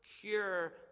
cure